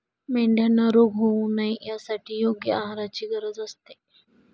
मेंढ्यांना रोग होऊ नये यासाठी योग्य आहाराची गरज असते